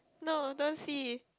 no don't see